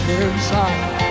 inside